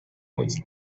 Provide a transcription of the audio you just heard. was